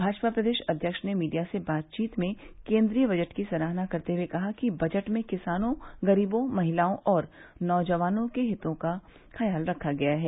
भाजपा प्रदेश अध्यक्ष ने मीडिया से बातचीत में केंद्रीय बजट की सराहना करते हुए कहा कि बजट में किसानों गरीबों महिलाओं और नौजवानों के हितों का ख्याल रखा गया है